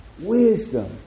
Wisdom